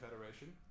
Federation